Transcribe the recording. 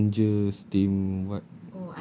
the ginger steamed what